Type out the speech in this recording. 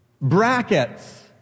brackets